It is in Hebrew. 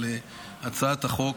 על הצעת החוק.